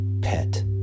pet